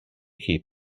keep